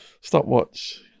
Stopwatch